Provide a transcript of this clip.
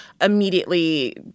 immediately